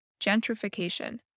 gentrification